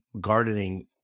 gardening